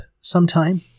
sometime